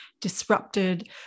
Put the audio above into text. disrupted